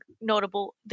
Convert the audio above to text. notable